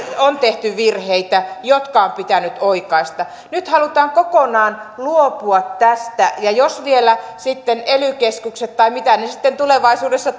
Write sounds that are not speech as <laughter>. on tehty virheitä jotka on pitänyt oikaista nyt halutaan kokonaan luopua tästä ja jos vielä sitten ely keskus tai mitä ne sitten tulevaisuudessa <unintelligible>